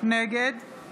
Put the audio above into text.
נגד